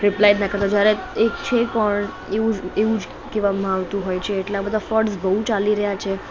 reply ના કરતા જ્યારે એ છે પણ એવું જ એવું જ કહેવામાં આવતું હોય છે એટલે બધા ફ્રોડ્સ બહુ ચાલી રહ્યાં છે